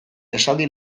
esaldi